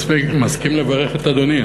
אני מסכים לברך את אדוני,